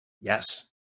Yes